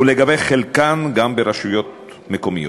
ולגבי חלקן, גם ברשויות המקומיות.